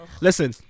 Listen